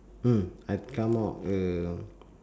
mm I come out uh